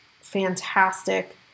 fantastic